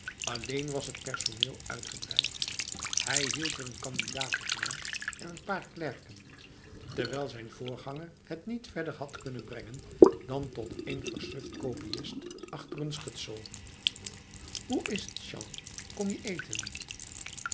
alleen was het personeel uitgebreid hij hield er een kandidaat op na en n paar klerken terwijl zijn voorganger het niet verder had kunnen brengen dan tot één versuft kopiist achter n schutsel hoe is het jean kom je eten